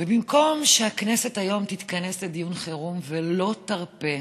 ובמקום שהכנסת היום תתכנס לדיון חירום ולא תרפה